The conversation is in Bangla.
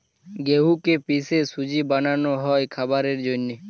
গেহুকে পিষে সুজি বানানো হয় খাবারের জন্যে